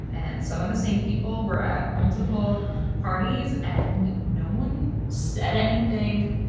and some of the same people were at multiple parties, and no one said anything.